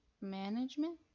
management